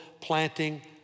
planting